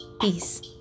Peace